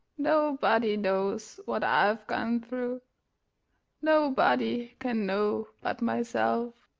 nobody knows what i've gone through nobody can know but myself.